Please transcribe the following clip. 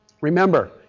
Remember